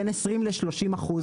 בין 20 ל-30 אחוז,